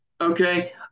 okay